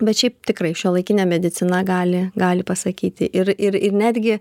bet šiaip tikrai šiuolaikinė medicina gali gali pasakyti ir ir ir netgi